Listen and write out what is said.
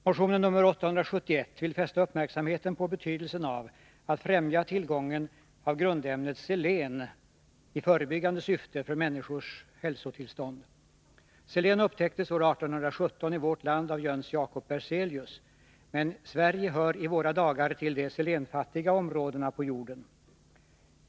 Motion nr 871 vill fästa uppmärksamheten på betydelsen av att främja tillgången av grundämnet selen i förebyggande syfte för människors hälsotillstånd. Selen upptäcktes år 1817 i vårt land av Jöns Jacob Berzelius. Men Sverige hör i våra dagar till de selenfattiga områdena på jorden.